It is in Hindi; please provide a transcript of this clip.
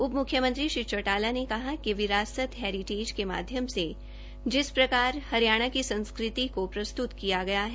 उपम्ख्यमंत्री श्री चौटाला ने कहा कि विरासत हेरिटेज के माध्यम से जिस प्रकार हरियाणा की संस्कृति को प्रस्तुत किया गया है